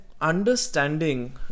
understanding